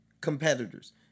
competitors